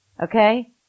okay